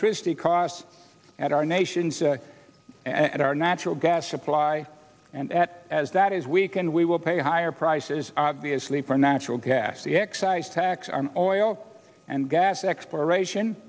electricity costs at our nations and our natural gas supply and at as that is we can we will pay higher prices obviously for natural gas the excise tax our oil and gas exploration